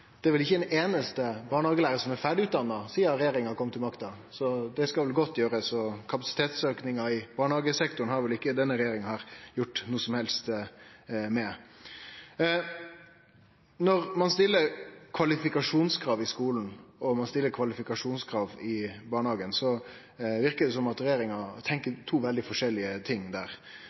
det er vel ikkje ein einaste barnehagelærar som er ferdig utdanna sidan regjeringa kom til makta. Det skulle godt gjerast, så kapasitetsaukinga i barnehagesektoren har vel ikkje denne regjeringa noko som helst med å gjere. Når ein stiller kvalifikasjonskrav i skulen, og ein stiller kvalifikasjonskrav i barnehagen, verkar det som om regjeringa tenkjer to veldig forskjellige ting.